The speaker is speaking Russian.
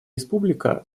республика